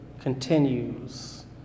continues